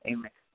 Amen